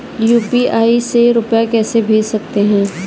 UPI से रुपया कैसे भेज सकते हैं?